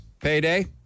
payday